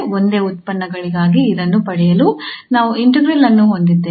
ಒಂದೇ ಉತ್ಪನ್ನಗಳಿಗಾಗಿ ಇದನ್ನು ಪಡೆಯಲು ನಾವು ಇಂಟಿಗ್ರಾಲ್ ಅನ್ನು ಹೊಂದಿದ್ದೇವೆ